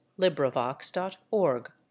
LibriVox.org